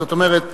זאת אומרת,